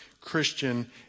Christian